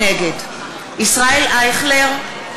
נגד ישראל אייכלר,